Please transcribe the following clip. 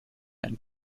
and